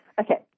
Okay